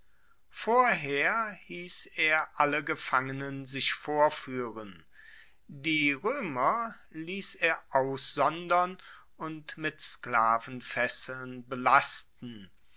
vorher hiess er alle gefangenen sich vorfuehren die roemer liess er aussondern und mit sklavenfesseln belasten